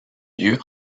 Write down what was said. lieux